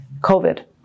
covid